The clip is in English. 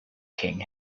king